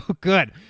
good